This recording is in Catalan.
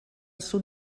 sud